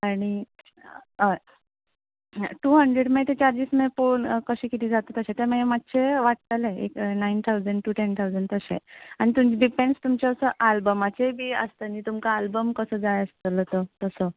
आनी हय two hundred मागीर ते चार्जीस मागीर पळोवन कशें कितें जाता तशें तें मागीर मातशें वाडटलें एक nine thousand two ten thousand तशें आनी तें डिपेंड्स तुमचे असो आल्बमाचे बी आसतले न्ही तुमकां आल्बम कसो जाय आसतलो तो तसो